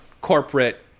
corporate